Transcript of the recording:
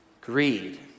Greed